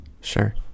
Sure